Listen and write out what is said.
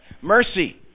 Mercy